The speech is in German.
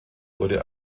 wurde